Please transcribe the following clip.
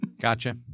Gotcha